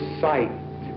sight